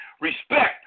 respect